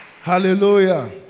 Hallelujah